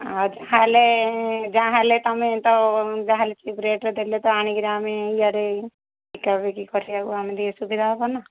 ତାହେଲେ ଯାହା ହେଲେ ତୁମେ ତ ଯାହା ହେଲେ ଠିକ୍ ରେଟ୍ରେ ଦେଲେ ତ ଆଣିକିର ଆମେ ଇଆଡ଼େ ବିକା ବିକି କରିବାକୁ ଆମେ ଟିକେ ସୁବିଧା ହେବ ନା